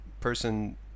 person